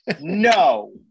No